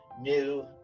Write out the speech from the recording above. new